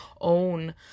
own